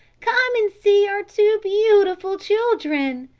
come and see our two beautiful children.